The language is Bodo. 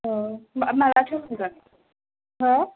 औ माब्लाथो मोनगोन हो